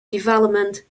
development